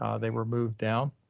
ah they were moved down